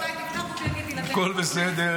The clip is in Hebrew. הכול בסדר,